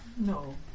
No